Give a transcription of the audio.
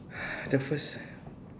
the first